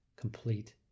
complete